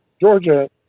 Georgia